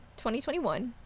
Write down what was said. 2021